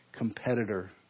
Competitor